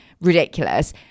ridiculous